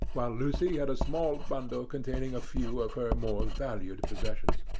while lucy had a small bundle containing a few of her more valued possessions.